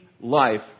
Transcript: life